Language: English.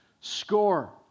score